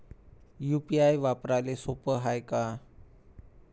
UPI वापराले सोप हाय का?